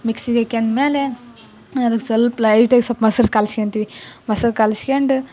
ಮಿಕ್ಸಿಗೆ ಹಾಕ್ಯಂದ್ಮ್ಯಾಮೇಲೆ ಅದ್ಕೆ ಸ್ವಲ್ಪ ಲೈಟಾಗಿ ಸ್ವಲ್ಪ ಮೊಸರು ಕಲಸ್ಕೊಂತಿವಿ ಮೊಸರು ಕಲಸ್ಕೊಂಡು